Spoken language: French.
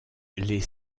les